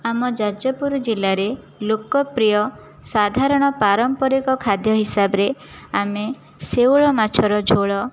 ଆମ ଯାଜପୁର ଜିଲ୍ଲାରେ ଲୋକପ୍ରିୟ ସାଧାରଣ ପାରମ୍ପରିକ ଖାଦ୍ୟ ହିସାବରେ ଆମେ ଶେଉଳ ମାଛର ଝୋଳ